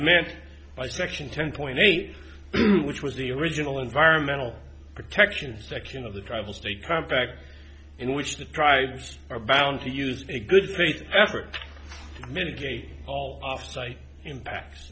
meant by section ten point eight which was the original environmental protection section of the tribal stay compact in which the tribes are bound to use a good faith effort mitigate all off site impacts